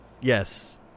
Yes